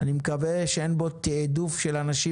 אני מקווה מאוד שאין בו גם תיעדוף של אנשים